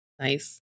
Nice